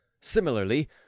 Similarly